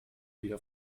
wieder